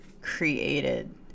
created